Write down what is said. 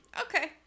Okay